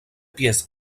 pièces